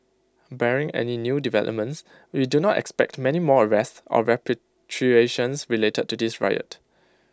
barring any new developments we do not expect many more arrests or repatriations related to this riot